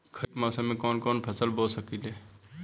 खरिफ मौसम में कवन कवन फसल बो सकि ले?